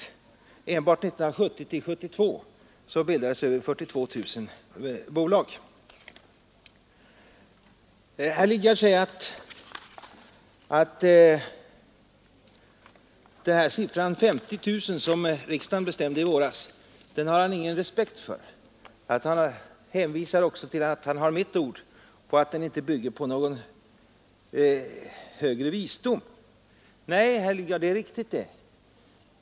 Enbart från 1970 till 1972 bildades över 42 000 bolag. Herr Lidgard säger att han inte har någon respekt för beloppet 50 000 kronor som riksdagen beslöt om i våras. Han hänvisar också till att han har mitt ord på att den inte bygger på någon högre visdom. Nej, herr Lidgard, det är riktigt.